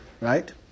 Right